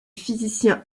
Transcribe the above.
physicien